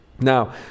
Now